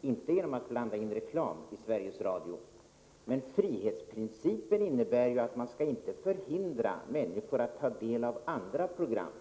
inte genom att blanda in reklam i Sveriges Radio. Men frihetsprincipen innebär att man inte skall förhindra människor att ta del av andra program.